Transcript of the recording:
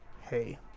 hey